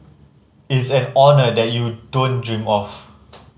it's an honour that you don't dream of